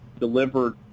delivered